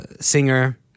singer